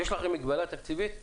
יש לכם מגבלה תקציבית?